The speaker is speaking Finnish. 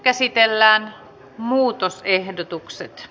selonteko hyväksyttiin